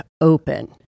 open